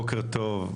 בוקר טוב.